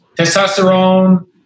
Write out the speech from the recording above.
testosterone